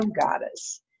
goddess